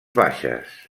baixes